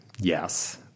yes